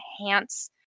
enhance